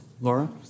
Laura